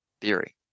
Theory